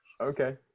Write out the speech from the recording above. Okay